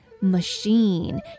machine